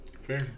Fair